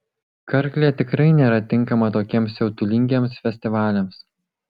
karklė tikrai nėra tinkama tokiems siautulingiems festivaliams